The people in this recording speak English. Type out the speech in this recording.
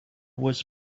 was